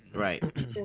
Right